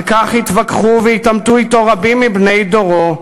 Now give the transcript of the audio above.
על כך התווכחו והתעמתו אתו רבים מבני דורו,